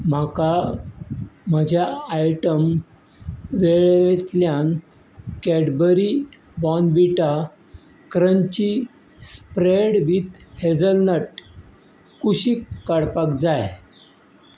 म्हाका म्हज्या आयटम वळेरेंतल्यान Cadbury Bournvita crunchy spread with hazelnut कुशीक काडपाक जाय